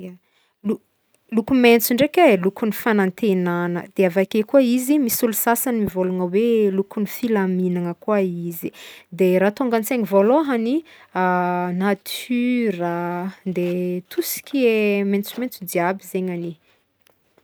Ya lo- loko mentso ndreky e lokon'ny fanantenana de avake koa izy misy olo sasany mivôlagna hoe lokon'ny filamignagna koa izy de raha tônga antsaigny vôlohagny nature a de de tout ce qui est mentsomentso jiaby zaignagny e.